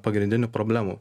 pagrindinių problemų